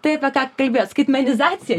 tai apie ką kalbėjot skaitmenizacija